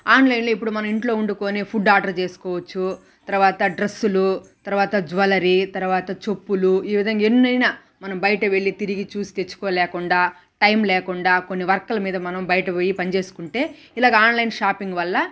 ఆన్లైన్లో ఇప్పుడు మనం ఇంట్లో ఉండుకొని ఫుడ్ ఆర్డర్ జేసుకోవచ్చు తర్వాత డ్రెస్సులు తర్వాత జ్యూవెల్లరీ తర్వాత చెప్పులు ఈ విధంగా ఎన్నైనా మనం బయట వెళ్లి తిరిగి చూసి తెచ్చుకోలేకుండా టైమ్ లేకుండా కొన్ని వర్కుల మీద మనం బయట పోయి పని జేసుకుంటే ఇలాగ ఆన్లైన్ షాపింగ్ వల్ల